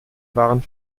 waren